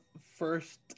first